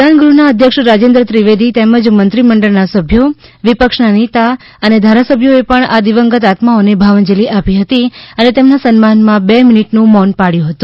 વિધાનગૃહના અધ્યક્ષ રાજેન્દ્ર ત્રિવેદી તેમજ મંત્રીમંડળના સભ્યો વિપક્ષના નેતા અને ધારાસભ્યોએ પણ આ દિવંગત આત્માઓને ભાવાંજલિ આપી હતી અને તેમના સન્માનમાં બે મિનિટનું મૌન પાળ્યું હતું